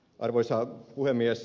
arvoisa puhemies